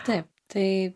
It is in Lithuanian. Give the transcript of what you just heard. taip tai